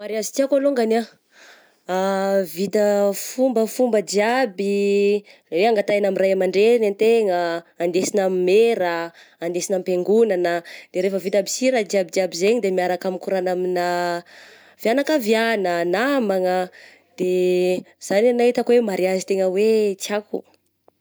Mariagy tiako alongany ah, vita fombafomba jiaby, eo angatahigna amy ray aman-dreny an-tegna, andesigna amin'ny maire ah, andesigna am-piangonana, de rehefa vita aby sy raha jiaby jiaby zegny de miaraka mikoragna amigna fignakaviagna, namagna de zay nenahy hitako hoe mariazy tegna hoe tiako.